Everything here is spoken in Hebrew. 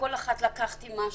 מכול אחד לקחתי משהו,